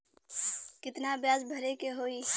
कितना ब्याज भरे के होई?